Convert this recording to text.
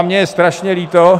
Mně je strašně líto...